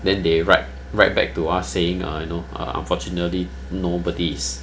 then they write write back to us saying uh you know uh unfortunately nobody is